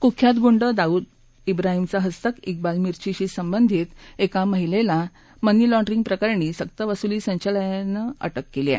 कुख्यात गुंड दाऊद बाहिमचा हस्तक इक्बाल मिर्चिशी संबंधित एका महिलेला मनी लॉण्ड्ररिंग प्रकरणात सरकवसुली संचालनालयानं अटक केली आहे